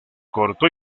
corto